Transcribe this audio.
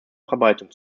verbreitung